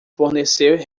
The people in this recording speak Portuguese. fornecer